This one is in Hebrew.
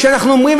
אנחנו אומרים,